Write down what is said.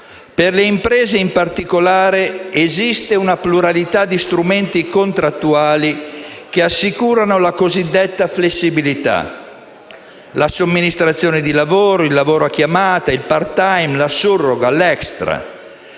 Per le imprese, in particolare, esiste una pluralità di strumenti contrattuali che assicurano la cosiddetta flessibilità: la somministrazione di lavoro, il lavoro a chiamata, il *part-time*, la surroga e l'extra.